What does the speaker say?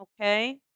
okay